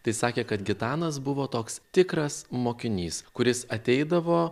tai sakė kad gitanas buvo toks tikras mokinys kuris ateidavo